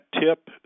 tip